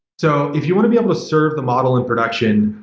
so, if you want to be able to serve the model in production,